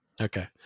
Okay